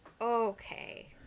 Okay